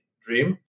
dream